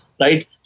right